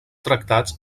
tractats